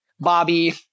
Bobby